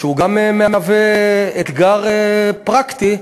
שגם מהווה אתגר פרקטי,